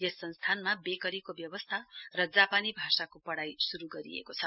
यस संस्थानमा वेकरी व्यवस्था जापानी भाषाको पढ़ाइ शुरु गरिएको छ